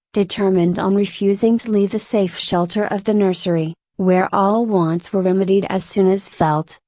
determined on refusing to leave the safe shelter of the nursery, where all wants were remedied as soon as felt,